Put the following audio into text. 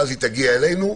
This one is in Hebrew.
ואז תגיע אלינו.